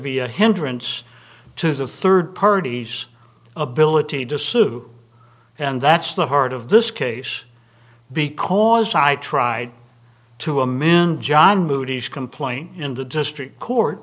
be a hindrance to the third parties ability to sue and that's the heart of this case because i tried to amend john moodys complaint in the district court